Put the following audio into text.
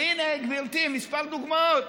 והינה, גברתי, כמה דוגמאות: